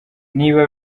niba